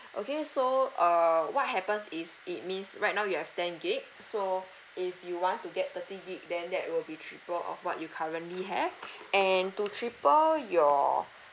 okay so uh what happens is it means right now you have ten gig so if you want to get thirty gig then that will be triple of what you currently have and to triple your